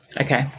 Okay